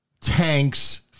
tanks